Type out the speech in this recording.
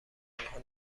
آنها